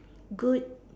good